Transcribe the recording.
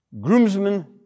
Groomsmen